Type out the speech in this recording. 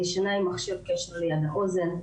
אני ישנה עם מכשיר קשר ליד האוזן,